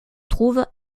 trouve